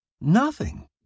nothing